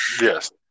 Yes